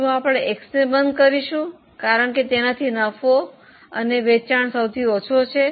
શું આપણે X ને બંધ કરીશું કારણ કે તેનાથી નફો અને વેચાણ સૌથી ઓછો છે